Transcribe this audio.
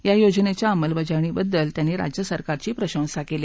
या योजनेच्या अंमलबजावणीबद्दल त्यांनी राज्य सरकारची प्रशंसा केली